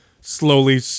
slowly